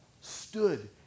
stood